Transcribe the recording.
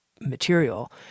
material